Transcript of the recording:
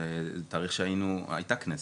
זה תאריך שהייתה כנסת?